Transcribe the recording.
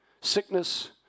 sickness